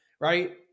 right